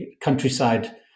countryside